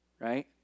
right